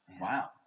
Wow